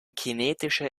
kinetische